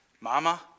Mama